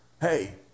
Hey